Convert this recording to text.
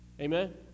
Amen